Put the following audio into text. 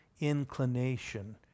inclination